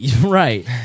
Right